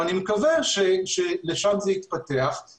הנושא השני הוא נושא של עיסוק במרחב הימי.